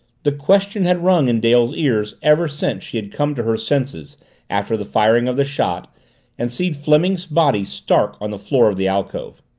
the question had rung in dale's ears ever since she had come to her senses after the firing of the shot and seen fleming's body stark on the floor of the alcove.